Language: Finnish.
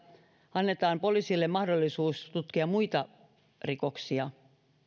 annetaan poliisille mahdollisuus tutkia muita rikoksia